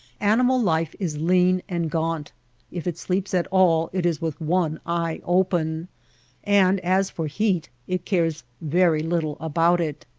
animal life is lean and gaunt if it sleeps at all it is with one eye open and as for heat it cares very lit tle about it.